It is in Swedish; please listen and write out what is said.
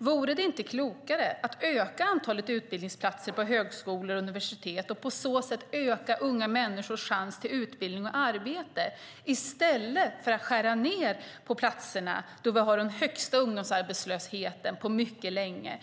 Vore det inte klokare att öka antalet utbildningsplatser på högskolor och universitet och på så sätt öka unga människors chans till utbildning och ett arbete i stället för att skära ned på platserna då vi har den högsta ungdomsarbetslösheten på mycket länge?